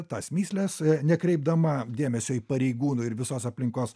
tas mįsles nekreipdama dėmesio į pareigūnų ir visos aplinkos